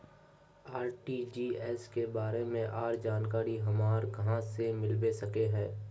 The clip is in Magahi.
आर.टी.जी.एस के बारे में आर जानकारी हमरा कहाँ से मिलबे सके है?